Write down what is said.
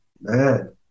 man